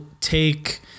take